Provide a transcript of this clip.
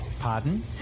Pardon